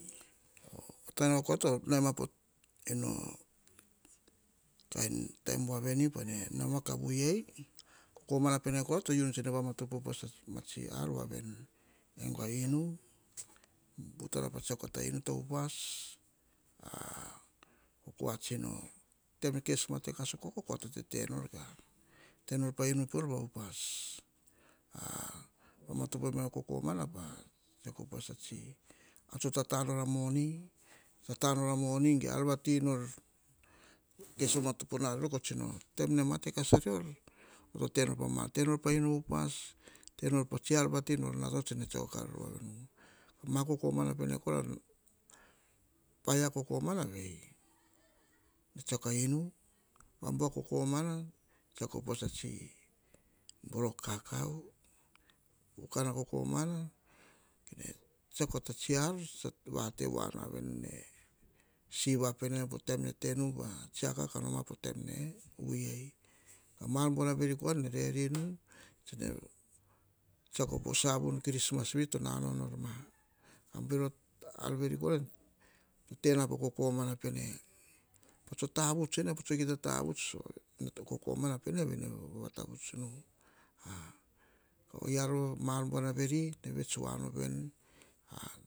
Taim a koa to nai ma po kain taim voa veni, ene noma pa vui ei kokoma pene kora to u tsene vama topo a ma tsi ar voa veni ega inu, butara tsiako ta inu na upas ko kua tsino, taim tsene kes mate kas nu, o kua to tete nor tete nor ka, tete nor pa inu peor va upas vamatopo o mio kokomana, pa tsor tata nor a moni, tata nor a moni ge ar vati nor. Kes vamatopo na rior, kene tsino, taim tsene mate kas a rior, te nor ma ar te nor pa inu va upas te nor pa tsi ar vati, te nor pa tsi ar vati nene tsiako, ka rior voa veni. Mona kokomona pene kora. Paia kokomana vei, tsiako a inu. Mio kokomana, tsiako tatsi ar tsa vate voa naveni, sivoi pene, pa tenu va tsiaka ka noma ka onoto ehe pane vuei ma ar buar veri to nanao nor ma. Pa tso tavuts en, pa tso kita tavuts. Kokomana pene vei nene vatavuts nu. Oyia rova kora, a ma ar buar veri nene vets nu.